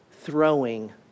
throwing